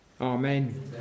Amen